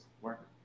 work